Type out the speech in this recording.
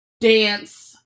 dance